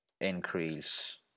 increase